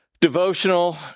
devotional